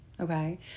okay